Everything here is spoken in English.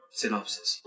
synopsis